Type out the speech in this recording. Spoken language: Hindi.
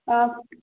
आप